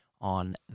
on